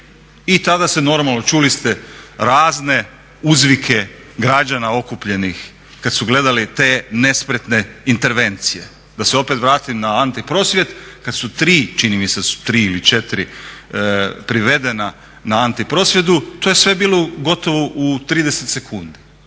i tada se normalno čuli ste razne uzvike građana okupljenih kad su gledali te nespretne intervencije. Da se opet vratim na anti prosvjed kad su tri, čini mi se da su tri ili četiri privedena na anti prosvjedu, to je sve bilo gotovo u 30 sekundi,